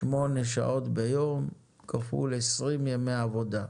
8 שעות ביום, כפול 20 ימי עבודה.